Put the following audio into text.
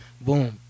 Boom